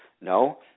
No